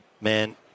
man